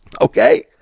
okay